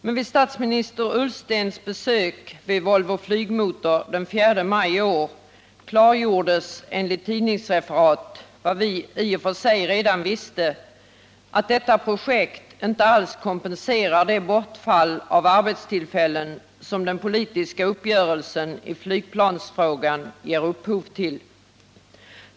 Men vid statsminister Ullstens besök på Volvo Flygmotor den 4 maj i år klargjordes, enligt tidningsreferat, vad vi i och för sig redan visste, nämligen att detta projekt inte alls kompenserar det bortfall av arbetstillfällen som den politiska uppgörelsen i flygplansfrågan ger upphov till.